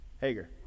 Hager